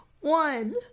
one